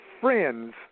friends